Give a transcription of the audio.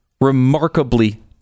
remarkably